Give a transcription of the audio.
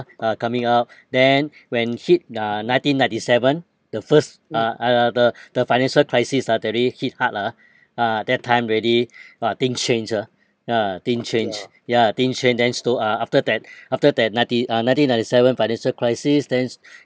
uh coming up then when hit uh nineteen ninety seven the first uh uh uh the the financial crisis suddenly hit hard ah ah that time really !wah! thing change ah ya thing change ya thing change then slow uh after that after that ninety uh nineteen ninety seven financial crisis thens